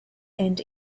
and